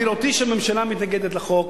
בראותי שהממשלה מתנגדת לחוק,